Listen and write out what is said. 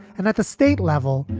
and at the state level,